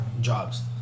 jobs